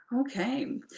Okay